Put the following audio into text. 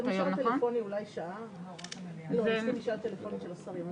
בשבוע שעבר